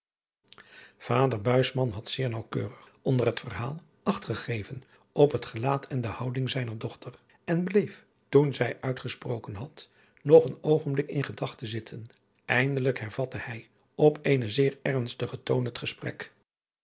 buisman had zeer naauwkeurig onder het verhaal acht gegeven op het gelaat en de adriaan loosjes pzn het leven van hillegonda buisman houding zijner dochter en bleef toen zij uitgesproken had nog een oogenblik in gedachten zitten eindelijk hervatte hij op eenen zeer ernstigen toon het gesprek